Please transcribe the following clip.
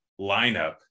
lineup